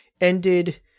ended